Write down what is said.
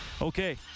Okay